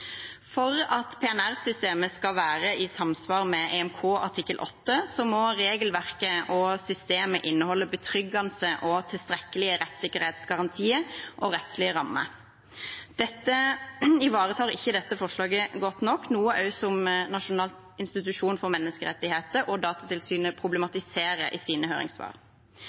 For at PNR-systemet skal være i samsvar med EMK art. 8, må regelverket og systemet inneholde betryggende og tilstrekkelige rettssikkerhetsgarantier og rettslige rammer. Dette ivaretar ikke dette forslaget godt nok, noe som også Norges institusjon for menneskerettigheter og Datatilsynet problematiserer i sine høringssvar.